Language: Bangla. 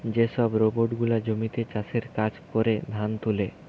যে সব রোবট গুলা জমিতে চাষের কাজ করে, ধান তুলে